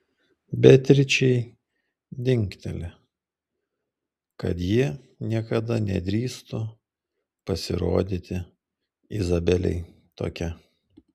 beatričei dingteli kad ji niekada nedrįstų pasirodyti izabelei tokia